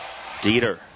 Dieter